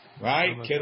Right